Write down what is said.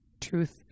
truth